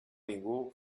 ningú